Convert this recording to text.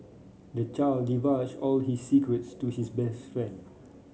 the child divulged all his secrets to his best friend